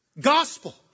gospel